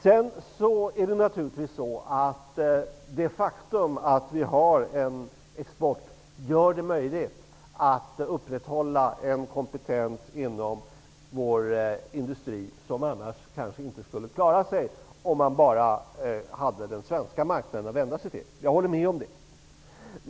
Sedan är det naturligtvis så att det faktum att vi har en export gör det möjligt att upprätthålla en kompetens inom vår industri som kanske inte skulle klara sig om man bara hade den svenska marknaden att vända sig till. Jag håller med om det.